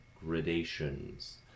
gradations